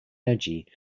energy